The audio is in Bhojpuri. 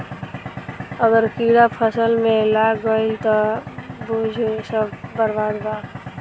अगर कीड़ा फसल में लाग गईल त बुझ सब बर्बाद